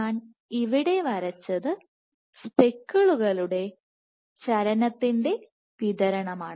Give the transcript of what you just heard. ഞാൻ ഇവിടെ വരച്ചത് സ്പെക്കിളുകളുടെ ചലനത്തിന്റെ വിതരണമാണ്